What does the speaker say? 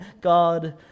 God